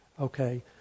Okay